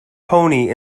pony